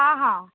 ହଁ ହଁ